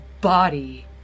body